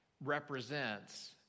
represents